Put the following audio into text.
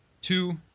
Two